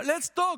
let's talk,